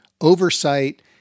oversight